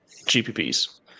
gpp's